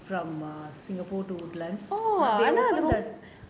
from um singapore to woodlands they open the